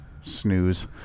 Snooze